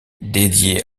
dédié